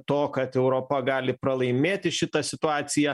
to kad europa gali pralaimėti šitą situaciją